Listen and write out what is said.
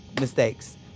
mistakes